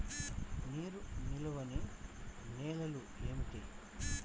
నీరు నిలువని నేలలు ఏమిటి?